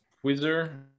quizzer